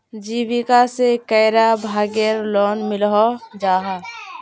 जीविका से कैडा भागेर लोन मिलोहो जाहा?